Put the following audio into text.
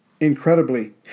Incredibly